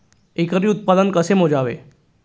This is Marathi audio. एकरी उत्पादन कसे मोजावे?